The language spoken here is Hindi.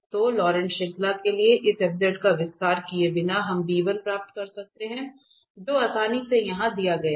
तो लॉरेंट श्रृंखला के लिए इस fका विस्तार किए बिना हम प्राप्त कर सकते हैं जो आसानी से यहां दिया गया है